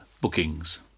bookings